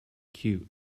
cute